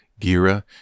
Gira